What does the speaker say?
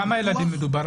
בכמה ילדים מדובר?